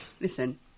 listen